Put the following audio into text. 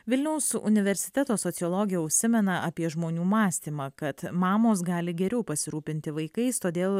vilniaus universiteto sociologė užsimena apie žmonių mąstymą kad mamos gali geriau pasirūpinti vaikais todėl